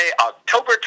October